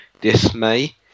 dismay